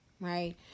right